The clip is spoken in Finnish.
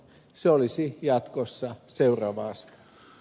se olisi jatkossa seuraava askel